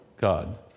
God